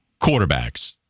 quarterbacks